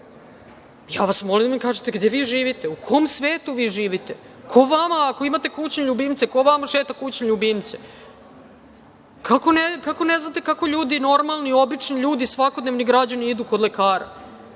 vas da mi kažete gde živite, u kom svetu živite? Ako imate kućne ljubimce, ko vam šeta kućne ljubimce? Kako ne znate kako ljudi normalni, obični ljudi, svakodnevno građani idu kod lekara?